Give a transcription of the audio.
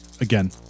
Again